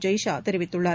ஜெய்ஷா தெரிவித்துள்ளார்